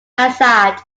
azad